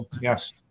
Yes